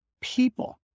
people